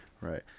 right